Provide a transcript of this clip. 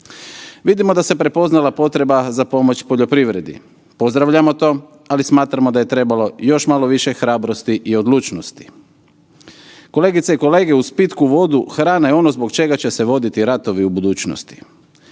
Vidimo da se prepoznala potreba za pomoć poljoprivredi, pozdravljamo to, ali smatramo da je trebalo još malo više hrabrosti i odlučnosti. Kolegice i kolege uz pitku vodu hrana je ono zbog čega će se voditi ratovi u budućnosti.